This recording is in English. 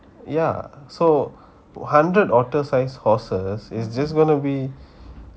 ya so hundred otter sized horses is just gonna be